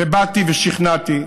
ובאתי ושכנעתי.